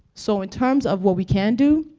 so in terms of what we can do,